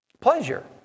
pleasure